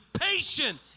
patient